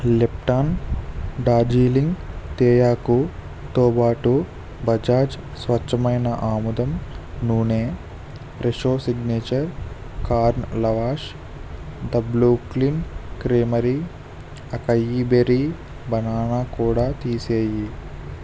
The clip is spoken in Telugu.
లిప్టాన్ డార్జీలింగ్ తేయాకుతోబాటు బజాజ్ స్వచ్ఛమైన ఆముదం నూనె Fresho signature corn lavash the Brooklyn creamery acai berry banana కూడా తీసేయి